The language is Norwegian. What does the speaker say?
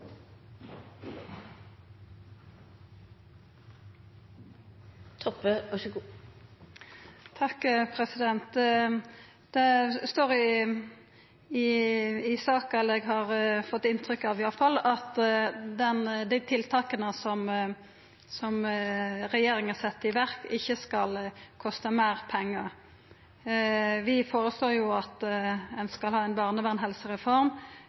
Eg har fått inntrykk av at dei tiltaka som regjeringa set i verk, ikkje skal kosta meir pengar. Vi føreslår jo at ein skal ha